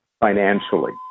financially